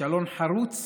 כישלון חרוץ